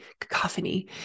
cacophony